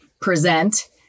present